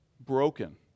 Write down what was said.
Broken